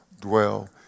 dwell